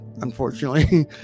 unfortunately